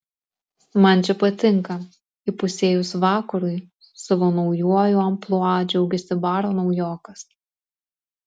man čia patinka įpusėjus vakarui savo naujuoju amplua džiaugėsi baro naujokas